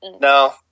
No